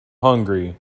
hungry